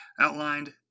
outlined